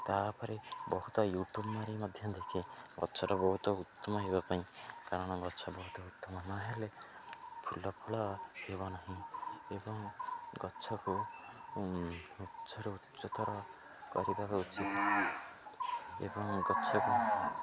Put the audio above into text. ତାପରେ ବହୁତ ୟୁଟ୍ୟୁବ୍ ମାରି ମଧ୍ୟ ଦେଖେ ଗଛର ବହୁତ ଉତ୍ତମ ହେବା ପାଇଁ କାରଣ ଗଛ ବହୁତ ଉତ୍ତମ ନହେଲେ ଫୁଲ ଫଳ ହେବ ନାହିଁ ଏବଂ ଗଛକୁ ଉଚ୍ଚରୁ ଉଚ୍ଚତର କରିବା ଉଚିତ୍ ଏବଂ ଗଛକୁ